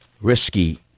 risky